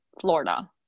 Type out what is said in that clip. Florida